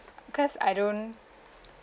cause I don't